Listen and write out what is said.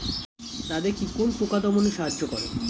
দাদেকি কোন পোকা দমনে সাহায্য করে?